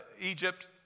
Egypt